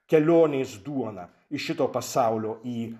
kelionės duoną iš šito pasaulio į